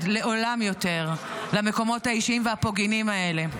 לעולם יותר למקומות האישיים והפוגעניים האלה.